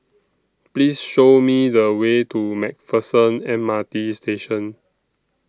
Please Show Me The Way to MacPherson M R T Station